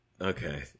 Okay